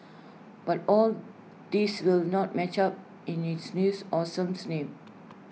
but all these will not match up in its new awesome name